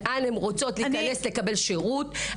לאן הן רוצות להיכנס לקבל שירות,